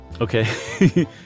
Okay